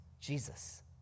Jesus